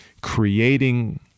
creating